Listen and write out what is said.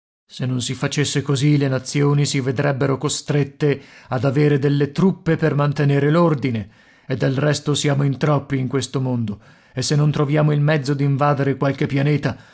se non si facesse così le nazioni si vedrebbero costrette ad avere delle truppe per mantenere l'ordine e del resto siamo in troppi in questo mondo e se non troviamo il mezzo d'invadere qualche pianeta